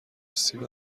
سیب